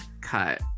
cut